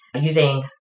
using